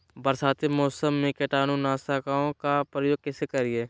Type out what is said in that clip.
बरसाती मौसम में कीटाणु नाशक ओं का प्रयोग कैसे करिये?